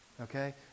Okay